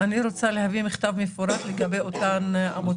אני רוצה להביא מכתב מפורט לגבי אותן עמותות,